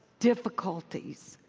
difficulties,